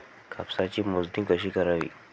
कापसाची मोजणी कशी करावी?